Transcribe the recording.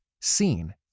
seen